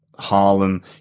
harlem